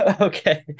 okay